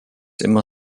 immer